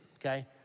okay